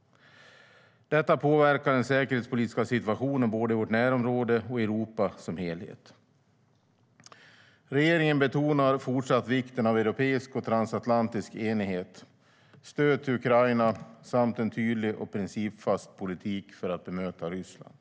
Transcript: Detta påverkar den säkerhetspolitiska situationen både i vårt närområde och i Europa som helhet. Regeringen betonar fortsatt vikten av europeisk och transatlantisk enighet, stöd till Ukraina samt en tydlig och principfast politik för att bemöta Ryssland.